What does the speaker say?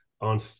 on